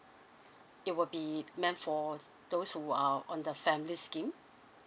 it will be meant for those who are on the family scheme